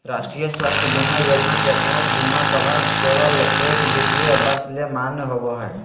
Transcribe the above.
राष्ट्रीय स्वास्थ्य बीमा योजना के तहत बीमा कवर केवल एक वित्तीय वर्ष ले मान्य होबो हय